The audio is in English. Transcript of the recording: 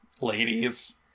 ladies